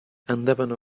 andavano